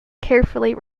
carefully